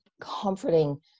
comforting